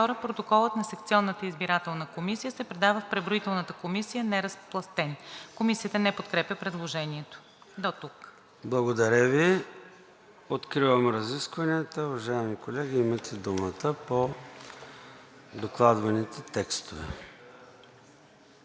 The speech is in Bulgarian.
Протоколът на секционната избирателна комисия се предава в преброителната комисия неразпластен.“ Комисията не подкрепя предложението. ПРЕДСЕДАТЕЛ ЙОРДАН ЦОНЕВ: Благодаря Ви. Откривам разискванията. Уважаеми колеги, имате думата по докладваните текстове.